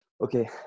okay